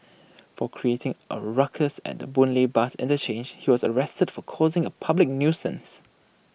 for creating A ruckus at the boon lay bus interchange he was arrested for causing A public nuisance